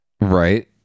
Right